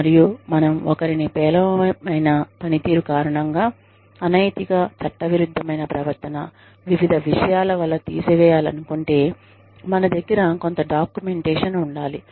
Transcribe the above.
మరియు మనం ఒకరిని పేలవమైన పనితీరు కారణంగా అనైతిక చట్టవిరుద్ధమైన ప్రవర్తన వివిధ విషయాల వల్ల తీసివేయాలనుకుంటే మన దగ్గర కొంత డాక్యుమెంటేషన్ ఉండాలి